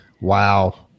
Wow